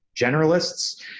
generalists